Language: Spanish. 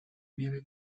nieve